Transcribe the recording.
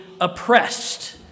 oppressed